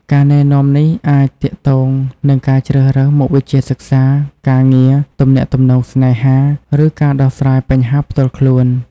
ការណែនាំនេះអាចទាក់ទងនឹងការជ្រើសរើសមុខវិជ្ជាសិក្សា ការងារ ទំនាក់ទំនងស្នេហា ឬការដោះស្រាយបញ្ហាផ្ទាល់ខ្លួន។